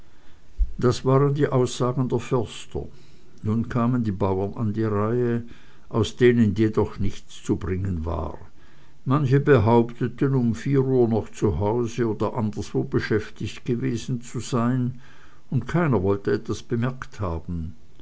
dies waren die aussagen der förster nun kamen die bauern an die reihe aus denen jedoch nichts zu bringen war manche behaupteten um vier uhr noch zu hause oder anderswo beschäftigt gewesen zu sein und keiner wollte etwas bemerkt haben